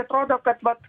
atrodo kad vat